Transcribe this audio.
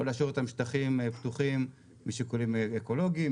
או להשאיר אותם כשטחים פתוחים משיקולים אקולוגיים,